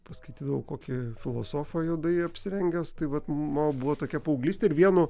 paskaitydavau kokį filosofą juodai apsirengęs tai vat mano buvo tokia paauglystė ir vienu